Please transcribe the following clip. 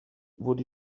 wurde